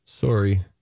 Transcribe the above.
Sorry